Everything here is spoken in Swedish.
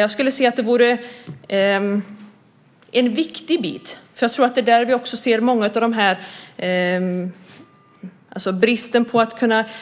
Jag skulle säga att bristen på möjligheten att